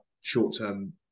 short-term